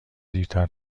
دیرتر